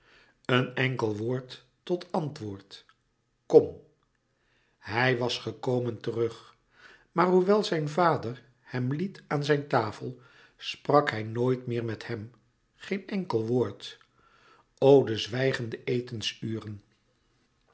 een enkel woord tot antwoord kom hij was gekomen terug maar hoewel zijn vader hem liet aan zijn tafel sprak hij nooit meer met hem geen enkel woord o de zwijgende etensuren